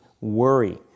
worry